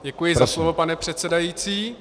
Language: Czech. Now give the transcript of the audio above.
Děkuji za slovo, pane předsedající.